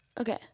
Okay